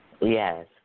Yes